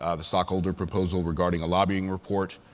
ah the stockholder proposal regarding a lobbying report,